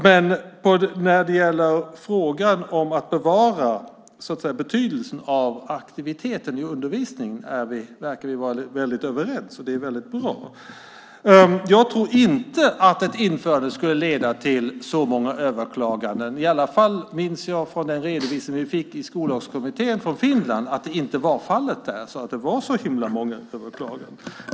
Men när det gäller frågan om att bevara betydelsen av aktiviteten i undervisningen verkar vi vara överens, och det är väldigt bra. Jag tror inte att ett införande skulle leda till så många överklaganden. I alla fall minns jag från den redovisning vi fick i Skollagskommittén från Finland att det inte var fallet där. Det var inte så himla många överklaganden.